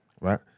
right